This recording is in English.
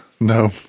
No